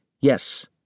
Yes